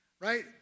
right